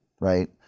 right